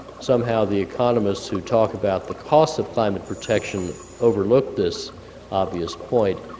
somehow the economists who talk about the cost of climate protection overlooked this obvious point,